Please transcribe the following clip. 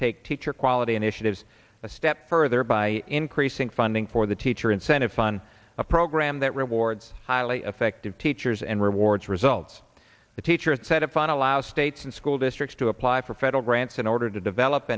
take teacher quality initiatives a step further by increasing funding for the teacher incentive fun a program that rewards highly effective teachers and rewards results the teachers set up on allow states and school districts to apply for federal grants in order to develop